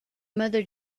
mother